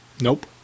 nope